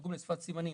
לתרגום לשפת הסימנים.